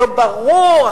לא ברור,